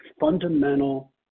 fundamental